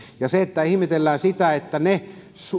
vaikka ihmetellään sitä että